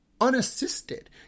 unassisted